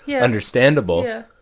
understandable